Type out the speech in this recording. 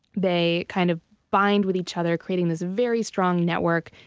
they kind of bind with each other, creating this very strong network.